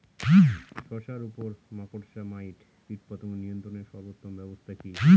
শশার উপর মাকড়সা মাইট কীটপতঙ্গ নিয়ন্ত্রণের সর্বোত্তম ব্যবস্থা কি?